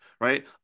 right